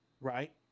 right